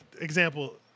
example